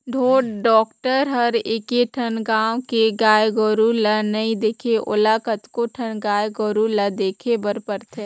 ढोर डॉक्टर हर एके ठन गाँव के गाय गोरु ल नइ देखे ओला कतको ठन गाय गोरु ल देखे बर परथे